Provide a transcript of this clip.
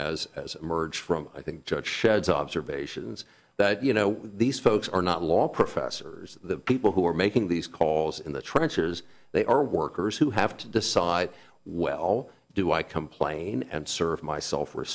as as emerged from i think judge sheds observations that you know these folks are not law professors the people who are making these calls in the trenches they are worker who have to decide well do i complain and serve my self